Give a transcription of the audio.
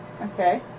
Okay